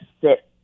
sit